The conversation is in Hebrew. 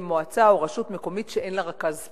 למועצה או לרשות מקומית שאין לה רכז ספורט,